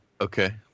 Okay